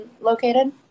located